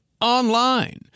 online